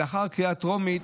לאחר הקריאה טרומית